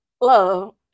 Love